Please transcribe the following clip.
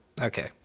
Okay